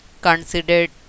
considered